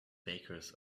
bakers